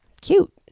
cute